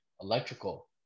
electrical